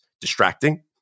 distracting